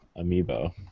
amiibo